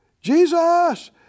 Jesus